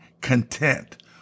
content